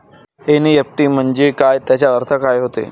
NEFT म्हंजे काय, त्याचा अर्थ काय होते?